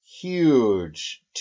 huge